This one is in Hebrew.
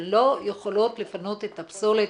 הן לא יכולות לפנות את הפסולת.